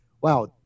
wow